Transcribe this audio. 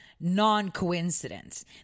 non-coincidence